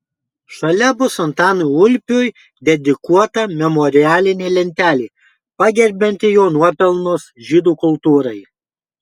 šalia bus antanui ulpiui dedikuota memorialinė lentelė pagerbianti jo nuopelnus žydų kultūrai